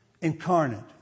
incarnate